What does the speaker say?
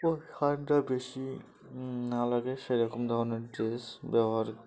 ওই ঠান্ডা বেশি না লাগে সেরকম ধরনের ড্রেস ব্যবহার